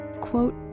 Quote